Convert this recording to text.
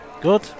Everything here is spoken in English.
Good